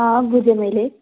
अँ बुझेँ मैले